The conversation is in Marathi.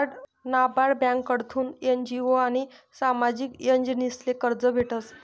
नाबार्ड ब्यांककडथून एन.जी.ओ आनी सामाजिक एजन्सीसले कर्ज भेटस